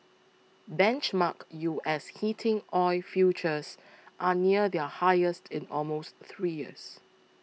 benchmark U S heating oil futures are near their highest in almost three years